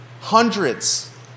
Hundreds